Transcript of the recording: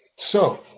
so,